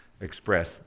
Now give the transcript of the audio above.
express